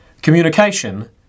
Communication